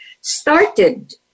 started